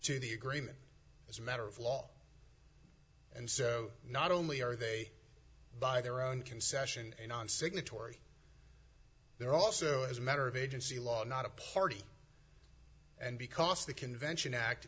to the agreement as a matter of law and so not only are they by their own concession non signatory they're also as a matter of agency law not a party and because the convention act